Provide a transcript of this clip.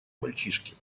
мальчишке